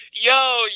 Yo